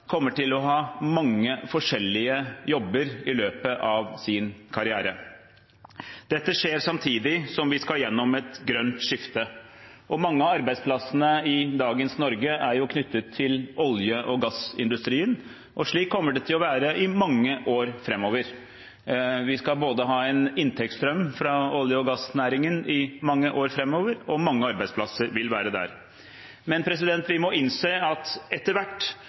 kommer til å ha mange forskjellige jobber i løpet av sin karriere. Dette skjer samtidig som vi skal gjennom et grønt skifte. Mange av arbeidsplassene i dagens Norge er knyttet til olje- og gassindustrien, og slik kommer det til å være i mange år framover. Vi skal ha en inntektsstrøm fra olje- og gassnæringen i mange år framover, og mange arbeidsplasser vil være der. Men vi må innse at etter hvert